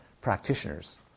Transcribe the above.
practitioners